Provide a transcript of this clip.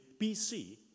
BC